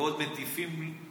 ועוד מטיפים מוסר.